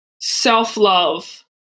self-love